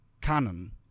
canon